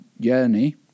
journey